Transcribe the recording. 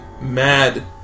mad